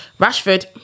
Rashford